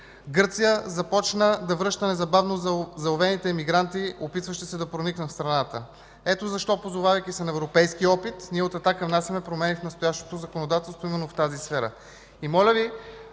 Гърция започна да връща незабавно заловените имигранти, опитващи се да проникнат в страната. Ето защо, позовавайки се на европейския опит, ние от „Атака” внасяме промени в настоящото законодателство именно в тази сфера.